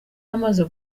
amaze